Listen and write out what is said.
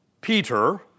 Peter